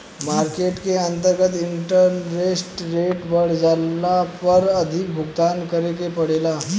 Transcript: market के अंतर्गत interest rate बढ़ जाला पर अधिक भुगतान करे के पड़ेला